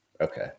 Okay